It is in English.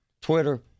Twitter